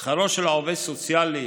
שכרו של עובד סוציאלי